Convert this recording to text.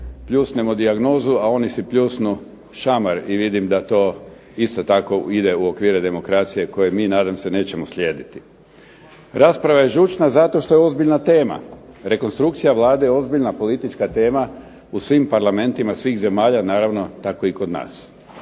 pljusnemo dijagnozu a oni si pljusnu šamar i vidim da to isto ide u okvire demokracije koje mi nadam se nećemo slijediti. Rasprava je žučna zato što je ozbiljna tema, rekonstrukcija Vlade je ozbiljna politička tema u svim parlamentima svih zemalja, pa naravno i kod nas.